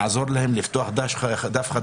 לעזור להם לפתוח דף חדש,